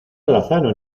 alazano